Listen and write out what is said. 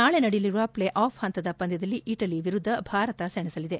ನಾಳೆ ನಡೆಯಲಿರುವ play off ಪಂತದ ಪಂದ್ಯದಲ್ಲಿ ಇಟಲಿ ವಿರುದ್ಧ ಭಾರತ ಸೆಣಸಲಿದೆ